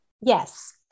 Yes